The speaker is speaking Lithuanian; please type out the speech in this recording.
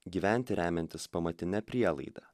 gyventi remiantis pamatine prielaida